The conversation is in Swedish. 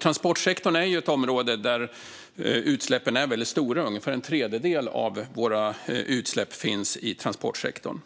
Transportsektorn är ett område där utsläppen är väldigt stora; ungefär en tredjedel av våra utsläpp finns i denna sektor.